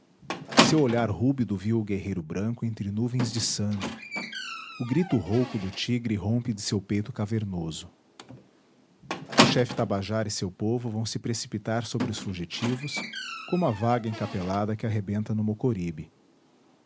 seu olhar rúbido viu o guerreiro branco entre nuvens de sangue o grito rouco do tigre rompe de seu peito cavernoso o chefe tabajara e seu povo vão se precipitar sobre os fugitivos como a vaga encapelada que arrebenta no mocoribe